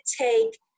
take